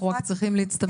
אנחנו רק צריכים להצטמצם,